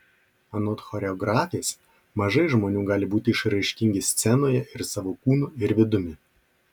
anot choreografės mažai žmonių gali būti išraiškingi scenoje ir savo kūnu ir vidumi